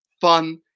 fun